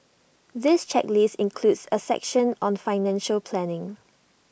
this checklist includes A section on financial planning